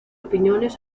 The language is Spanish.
opiniones